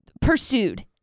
pursued